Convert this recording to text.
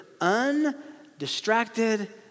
undistracted